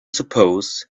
suppose